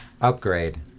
upgrade